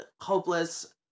hopeless